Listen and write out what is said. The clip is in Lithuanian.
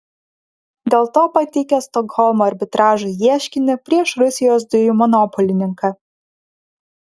dėl to pateikė stokholmo arbitražui ieškinį prieš rusijos dujų monopolininką